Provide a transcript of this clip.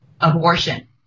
abortion